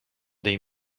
dei